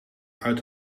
uit